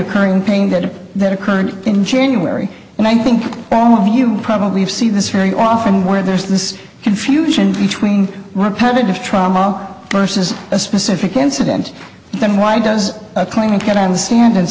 occurring in playing that that occurred in january and i think all of you probably have see this very often where there's this confusion between repetitive trauma versus a specific incident then why does a clinic get on the stand and